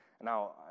Now